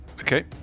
Okay